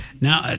now